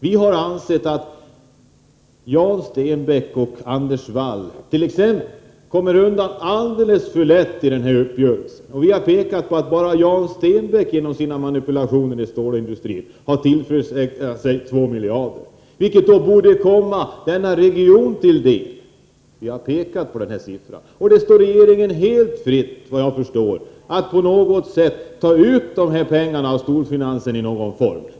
Vi har ansett att Jan Stenbeck och Anders Wall t.ex. kommer undan alldeles för lätt i den här uppgörelsen. Vi har framhållit att Jan Stenbeck ensam genom sina manipulationer i stålindustrin har tillförsäkrat sig 2 miljarder kronor. Detta borde komma denna region till godo. Vi har pekat på denna siffra. Det står regeringen helt fritt, såvitt jag förstår, att på något sätt ta ut dessa pengar av storfinansen i någon form.